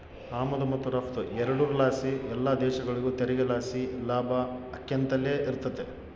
ಆಮದು ಮತ್ತು ರಫ್ತು ಎರಡುರ್ ಲಾಸಿ ಎಲ್ಲ ದೇಶಗುಳಿಗೂ ತೆರಿಗೆ ಲಾಸಿ ಲಾಭ ಆಕ್ಯಂತಲೆ ಇರ್ತತೆ